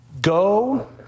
go